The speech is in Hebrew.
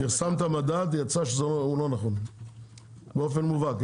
פרסמת מדד ויצא שהוא לא נכון באופן מובהק.